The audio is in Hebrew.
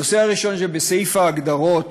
הנושא הראשון, בסעיף ההגדרות